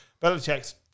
Belichick's